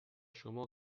شما